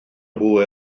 nhw